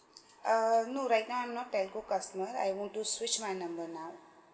uh no right now I'm not telco customer I want to switch my number now